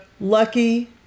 lucky